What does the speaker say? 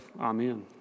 Amen